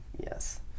Yes